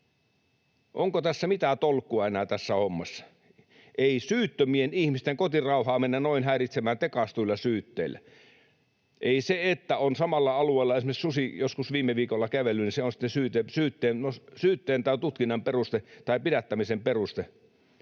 Onko tässä mitään tolkkua enää tässä hommassa? Ei syyttömien ihmisten kotirauhaa mennä noin häiritsemään tekaistuilla syytteillä. Eli se, että on samalla alueella esimerkiksi susi joskus viime viikolla kävellyt, on sitten syytteen tai tutkinnan peruste tai pidättämisen peruste